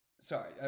Sorry